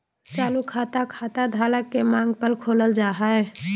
चालू खाता, खाता धारक के मांग पर खोलल जा हय